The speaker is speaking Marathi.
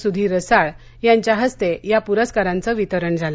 सुधीर रसाळ यांच्या हस्ते या पुरस्कारांच वितरण झालं